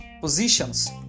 positions